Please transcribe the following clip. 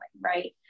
Right